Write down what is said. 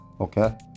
okay